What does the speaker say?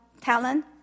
talent